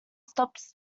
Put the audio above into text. stops